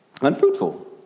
Unfruitful